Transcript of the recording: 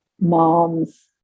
moms